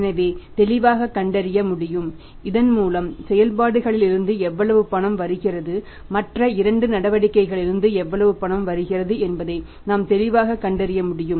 எனவே அதை தெளிவாகக் கண்டறிய முடியும் இதன் மூலம் செயல்பாடுகளில் இருந்து எவ்வளவு பணம் வருகிறது மற்ற இரண்டு நடவடிக்கைகளிலிருந்து எவ்வளவு வருகிறது என்பதை நாம் தெளிவாகக் கண்டறிய முடியும்